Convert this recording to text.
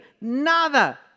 nada